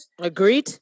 Agreed